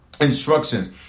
instructions